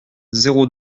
zéro